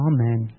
Amen